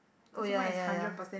oh ya ya ya